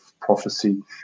prophecy